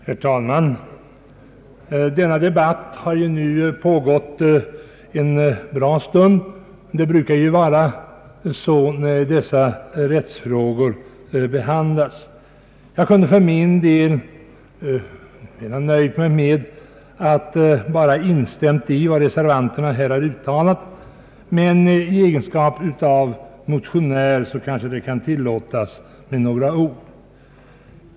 Herr talman! Denna debatt har nu pågått en bra stund, och det brukar ju vara så när dessa rättsfrågor behandlas. Jag kunde för min del ha nöjt mig med att instämma i vad reservanterna har uttalat, men i egenskap av motionär måhända det kan tillåtas mig att säga några ord.